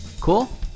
Cool